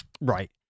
Right